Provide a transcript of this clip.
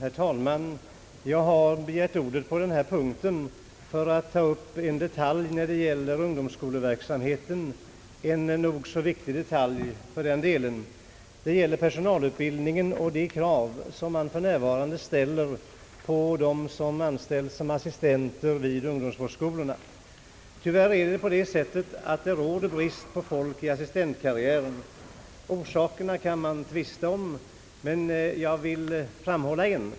Herr talman! Jag har begärt ordet på den här punkten för att ta upp en detalj i fråga om ungdomsskoleverksamheten, en nog så viktig detalj för den delen, nämligen personalutbildningen och de krav som man för närvarande ställer på dem som anställs som assistenter vid ungdomsvårdsskolorna. Tyvärr råder det brist på folk i assistentkarriären. Orsakerna kan man tvista om, men jag vill framhålla en.